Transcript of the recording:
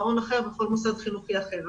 מעון אחר כל מוסד חינוכי אחר.